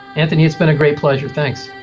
antony, it's been a great pleasure, thanks.